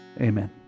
Amen